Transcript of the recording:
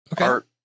Okay